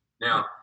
Now